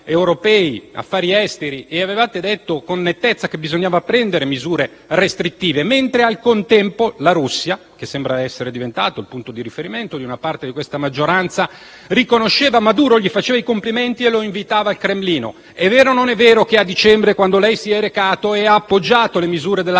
Consiglio affari esteri e avevate detto in maniera netta che bisognava prendere misure restrittive, mentre al contempo la Russia - che sembra essere diventata un punto di riferimento di una parte della maggioranza - riconosceva Maduro, gli faceva i complimenti e lo invitava al Cremlino? È vero o non è vero che a dicembre, quando lei ha appoggiato con il